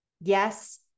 Yes